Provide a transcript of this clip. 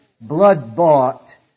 blood-bought